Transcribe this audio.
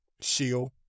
shield